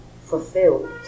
fulfilled